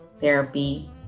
Therapy